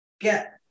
get